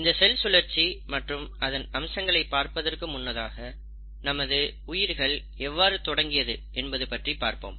இந்த செல் சுழற்சி மற்றும் அதன் அம்சங்களை பார்ப்பதற்கு முன்னதாக நமது உயிர்கள் எவ்வாறு தொடங்கியது என்பதை பற்றி பார்ப்போம்